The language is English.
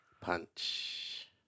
Punch